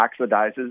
oxidizes